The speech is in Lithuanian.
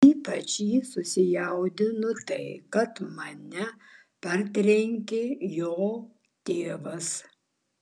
ypač jį sujaudino tai kad mane partrenkė jo tėvas